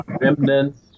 remnants